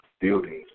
buildings